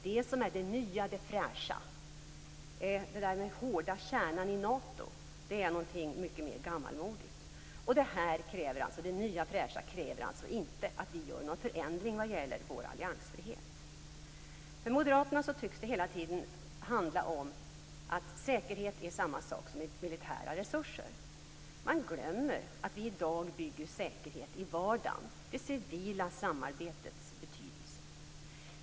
Det är det nya och fräscha. "Den hårda kärnan i Nato" är något mycket mer gammalmodigt, och det nya, fräscha kräver alltså inte att vi gör någon förändring av vår alliansfrihet. För moderaterna tycks det hela tiden handla om att säkerhet är samma sak som militära resurser. De glömmer att vi i dag bygger säkerhet i vardagen och det civila samarbetets betydelse.